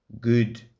good